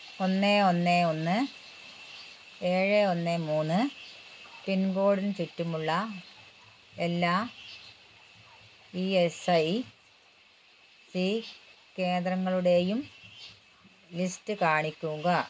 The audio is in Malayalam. ഒന്ന് ഒന്ന് ഒന്ന് ഏഴ് ഒന്ന് മൂന്ന് പിൻകോഡിന് ചുറ്റുമുള്ള എല്ലാ ഇ എസ് ഐ സി കേന്ദ്രങ്ങളുടെയും ലിസ്റ്റ് കാണിക്കുക